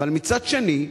אבל מצד שני,